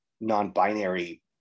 non-binary